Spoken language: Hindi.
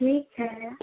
ठीक है